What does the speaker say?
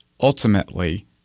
ultimately